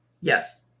Yes